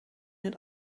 het